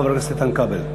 חבר הכנסת איתן כבל.